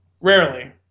Rarely